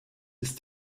ist